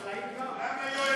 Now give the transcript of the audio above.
החקלאיים גם.